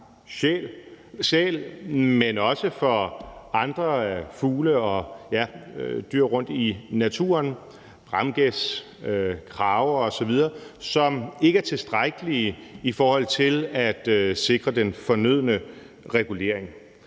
sæler, men også for andre fugle og dyr rundt i naturen, f.eks. bramgæs, krager osv., som ikke er tilstrækkelige i forhold til at sikre den fornødne regulering.